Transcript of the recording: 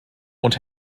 und